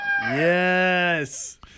Yes